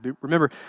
Remember